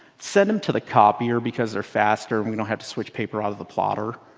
send them to the copier because they're faster and we don't have to switch paper out of the plotter.